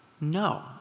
No